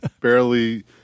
barely